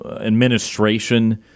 administration